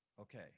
Okay